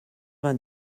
vingt